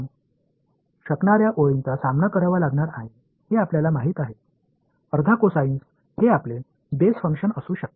எனவே இந்த யோசனையை நீங்கள் நீட்டிக்க முடியும் நீங்கள் சமாளிக்கக்கூடிய வரிகளை நீங்கள் சமாளிக்க வேண்டியதில்லை அரை கொசைன்கள் தெரியும் இவை உங்கள் அடிப்படை செயல்பாடாக இருக்கலாம்